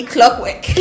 Clockwork